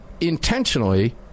intentionally